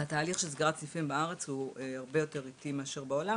התהליך של סגירת סניפים בארץ הוא הרבה יותר איטי מאשר בעולם,